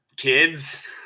Kids